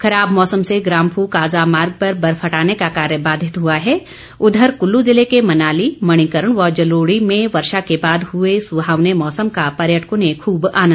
खराब मौसम से ग्राम्फू काजा मार्ग पर बर्फ हटाने का कार्य बाधित हुआ है उधर कुल्लू जिले के मनाली मणिकर्ण व जलोड़ी में वर्षा के बाद हुए सुहावने मौसम का पर्यटकों ने खूब आनंद लिया